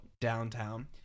Downtown